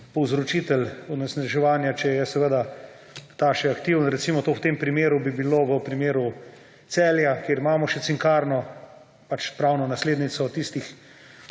povzročitelj onesnaževanja, če je seveda ta še aktiven. Recimo, to v tem primeru bi bilo v primeru Celja, kjer imamo še cinkarno; pač pravno naslednico tistih,